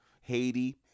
Haiti